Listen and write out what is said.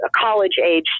college-age